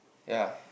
ya